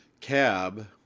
cab